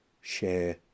share